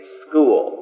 school